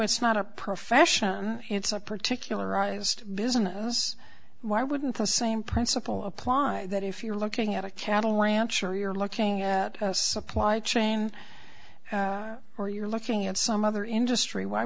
it's not a profession it's a particular rawest business why wouldn't the same principle apply that if you're looking at a cattle rancher you're looking at a supply chain or you're looking at some other industry why